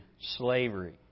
slavery